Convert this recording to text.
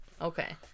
Okay